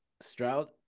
Stroud